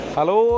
Hello